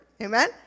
Amen